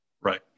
Right